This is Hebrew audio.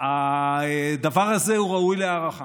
והדבר הזה ראוי להערכה.